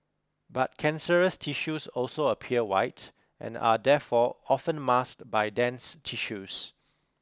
but cancerous tissues also appear white and are therefore often masked by dense tissues